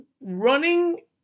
Running